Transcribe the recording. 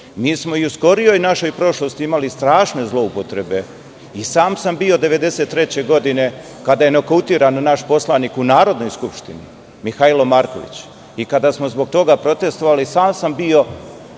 smo i u skorijoj našoj prošlosti imali strašne zloupotrebe. I sam sam bio 1993. godine kada je nokautiran naš poslanik u Narodnoj skupštini, Mihajlo Marković. Kada smo zbog toga protestovali, i sam sam bio